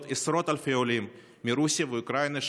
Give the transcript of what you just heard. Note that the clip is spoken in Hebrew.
עשרות אלפי עולים מרוסיה ואוקראינה,